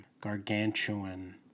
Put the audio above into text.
Gargantuan